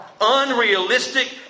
Unrealistic